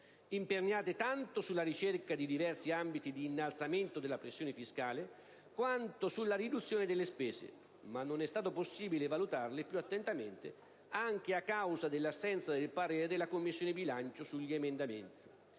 imperniate tanto sulla ricerca di diversi ambiti di innalzamento della pressione fiscale quanto sulla riduzione delle spese, ma non è stato possibile valutarle più attentamente anche a causa dell'assenza del parere della Commissione bilancio sugli emendamenti,